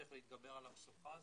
שנצליח להתגבר על המשוכה הזאת,